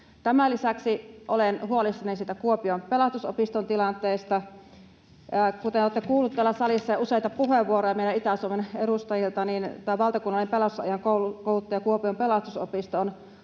Tämän lisäksi olen huolissani Kuopion Pelastusopiston tilanteesta. Kuten olette kuulleet täällä salissa jo useita puheenvuoroja meiltä Itä-Suomen edustajilta, niin tämä valtakunnallinen pelastusalan kouluttaja, Kuopion Pelastusopisto,